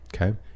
Okay